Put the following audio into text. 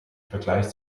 vergleich